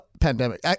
pandemic